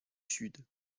sud